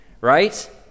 right